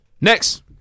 Next